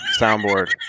soundboard